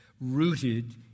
rooted